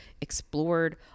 explored